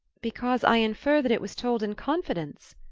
because i infer that it was told in confidence.